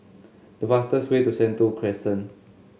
the fastest way to Sentul Crescent